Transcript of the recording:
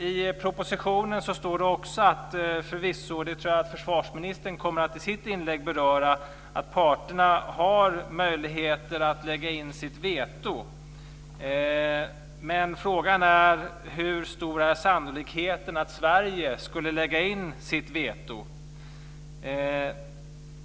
I propositionen står det förvisso, och det tror jag att försvarsministern kommer att beröra i sitt inlägg, att parterna har möjlighet att lägga in sitt veto. Men frågan är hur stor sannolikheten är att Sverige skulle lägga in sitt veto.